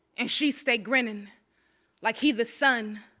and she stay grinnin' like he the sun,